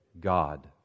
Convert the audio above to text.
God